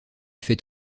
fait